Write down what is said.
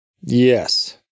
Yes